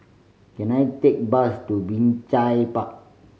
can I take bus to Binjai Park